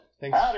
Thanks